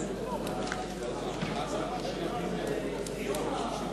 סעיפים 1 2